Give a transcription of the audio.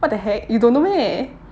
what the heck you don't know meh